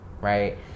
right